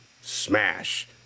Smash